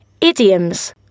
Idioms